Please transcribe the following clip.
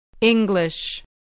English